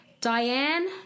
Diane